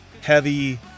heavy